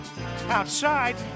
Outside